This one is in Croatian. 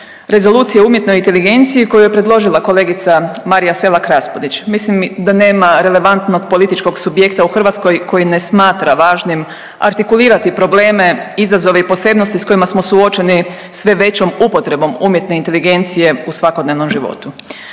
Rezolucije o umjetnoj inteligenciji koju je predložila kolegica Marija Selak Raspudić. Mislim da nema relevantnog političkog subjekta u Hrvatskoj koji ne smatra važnim artikulirati probleme, izazove i posebnosti s kojima smo suočeni sve većom upotrebom umjetne inteligencije u svakodnevnom životu.